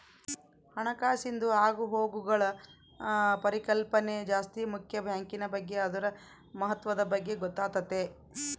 ಹಣಕಾಸಿಂದು ಆಗುಹೋಗ್ಗುಳ ಪರಿಕಲ್ಪನೆ ಜಾಸ್ತಿ ಮುಕ್ಯ ಬ್ಯಾಂಕಿನ್ ಬಗ್ಗೆ ಅದುರ ಮಹತ್ವದ ಬಗ್ಗೆ ಗೊತ್ತಾತತೆ